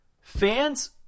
fans